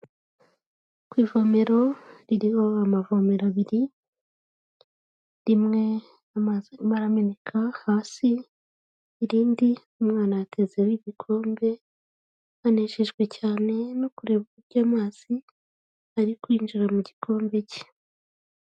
Ku ivomero ririho amavomero abiri, rimwe amazi arimo arameneka hasi, irindi umwana yatezeho ibikombe, anejejwe cyane no kureba uburyo amazi ari kwinjira mu gikombe cye.